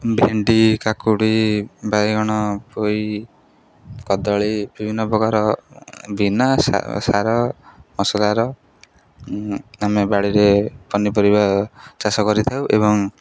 ଭେଣ୍ଡି କାକୁଡ଼ି ବାଇଗଣ ପୋଇ କଦଳୀ ବିଭିନ୍ନ ପ୍ରକାର ବିନା ସାର ମସଲାର ଆମେ ବାଡ଼ିରେ ପନିପରିବା ଚାଷ କରିଥାଉ ଏବଂ